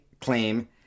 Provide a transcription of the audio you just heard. claim